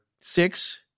six